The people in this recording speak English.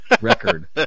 record